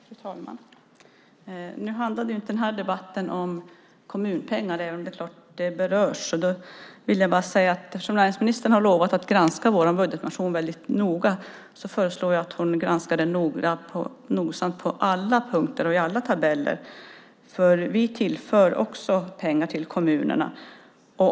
Fru talman! Nu handlar inte den här debatten om kommunpengar, även om det är klart att det berörs. Eftersom näringsministern har lovat att granska vår budgetmotion noga föreslår jag att hon granskar den nogsamt på alla punkter och i alla tabeller. Vi tillför också pengar till kommunerna.